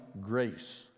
grace